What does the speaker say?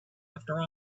after